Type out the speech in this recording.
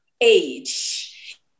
age